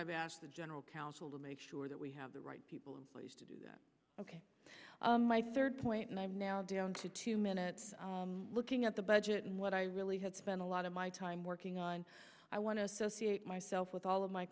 i've asked the general counsel to make sure that we have the right people in place to do that ok my third point and i'm now down to two minutes looking at the budget and what i really have spent a lot of my time working on i want to associate myself with all of my